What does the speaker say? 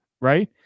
Right